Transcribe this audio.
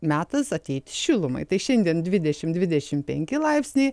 metas ateit šilumai tai šiandien dvidešim dvidešim penki laipsniai